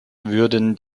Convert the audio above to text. würden